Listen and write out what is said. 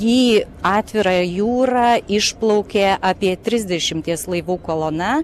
į atvirą jūrą išplaukė apie trisdešimties laivų kolona